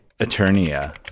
Eternia